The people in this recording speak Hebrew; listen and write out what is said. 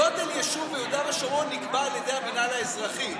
גודל יישוב ביהודה ושומרון נקבע על ידי המינהל האזרחי.